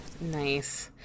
Nice